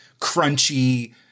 crunchy